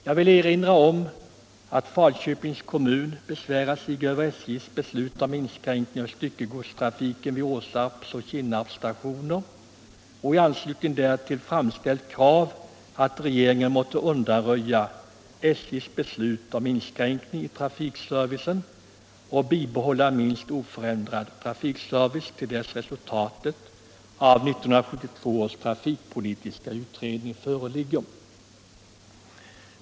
Jag vill erinra om att Falköpings kommun besvärade sig över SJ:s beslut om inskränkning av styckegodstrafiken vid järnvägsstationerna Åsarp och Kinnarp och i anslutning därtill framställt krav på att regeringen måtte undanröja SJ:s beslut om inskränkning i trafikservicen och bibehålla minst oförändrad trafikservice till dess att resultatet av 1972 års trafikpolitiska utredning föreligger.